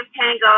Tango